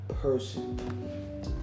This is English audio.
person